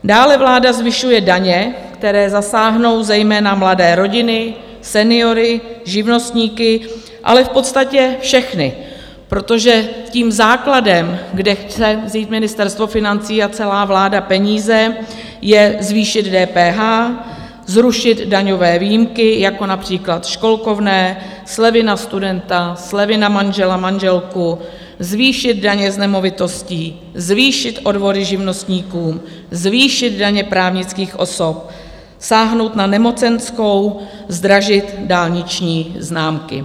Dále vláda zvyšuje daně, které zasáhnou zejména mladé rodiny, seniory, živnostníky, ale v podstatě všechny, protože základem, kde chce vzít Ministerstvo financí a celá vláda peníze, je zvýšit DPH, zrušit daňové výjimky jako například školkovné, slevy na studenta, slevy na manžela, manželku, zvýšit daně z nemovitostí, zvýšit odvody živnostníkům, zvýšit daně právnických osob, sáhnout na nemocenskou, zdražit dálniční známky.